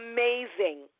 Amazing